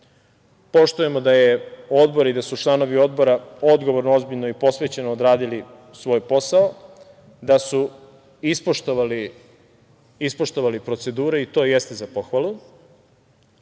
poštujemo da je Odbor i da su članovi Odbora odgovorno, ozbiljno i posvećeno odradili svoj posao, da su ispoštovali procedure i to jeste za pohvalu. Kada